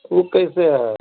ऊ कैसे है